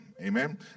Amen